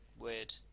weird